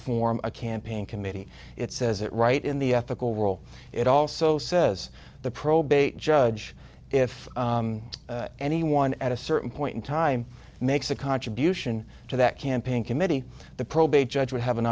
form a campaign committee it says it right in the ethical rule it also says the probate judge if anyone at a certain point in time makes a contribution to that campaign committee the probate judge would have an